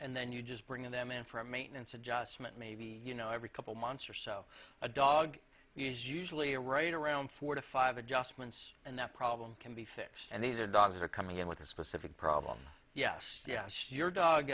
and then you just bring them in for a maintenance adjustment maybe you know every couple months or so a dog is usually a right around four to five adjustments and that problem can be fixed and these are dogs are coming in with a specific problem yes yes your dog